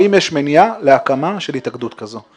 האם יש מניעה להקמה של התאגדות זו.